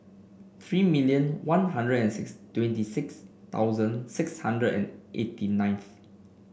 three million One Hundred and six twenty six thousand six hundred and eighty ninth